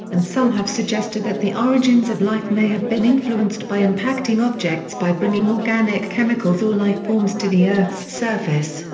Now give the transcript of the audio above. and some have suggested that the origins of life may have been influenced by impacting objects by bringing organic chemicals or lifeforms to the earth's surface,